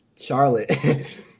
Charlotte